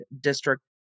District